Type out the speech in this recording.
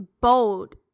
bold